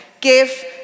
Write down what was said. Give